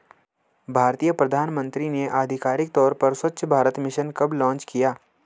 भारतीय प्रधानमंत्री ने आधिकारिक तौर पर स्वच्छ भारत मिशन कब लॉन्च किया?